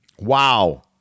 Wow